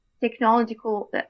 technological